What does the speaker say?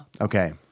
Okay